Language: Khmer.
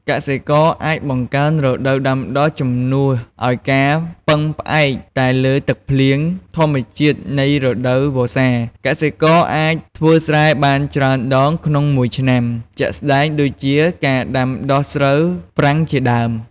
កសិករអាចបង្កើនរដូវដាំដុះជំនួសឱ្យការពឹងផ្អែកតែលើទឹកភ្លៀងធម្មជាតិនៃរដូវវស្សា កសិករអាចធ្វើស្រែបានច្រើនដងក្នុងមួយឆ្នាំ ជាក់ស្ដែងដូចជាការដាំដុះស្រូវប្រាំងជាដើម។